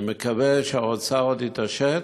אני מקווה שהאוצר עוד יתעשת